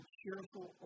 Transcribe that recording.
cheerful